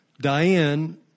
diane